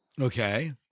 Okay